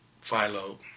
Philo